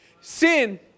Sin